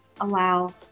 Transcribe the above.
allow